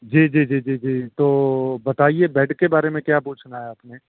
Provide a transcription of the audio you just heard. جی جی جی جی جی تو بتائیے بیڈ کے بارے میں کیا پوچھنا ہے آپ نے